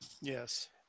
Yes